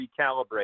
recalibrate